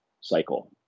cycle